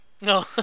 No